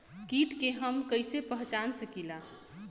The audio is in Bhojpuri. कीट के हम कईसे पहचान सकीला